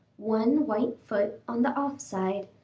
one white foot on the off side,